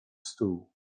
stół